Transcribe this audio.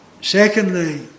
Secondly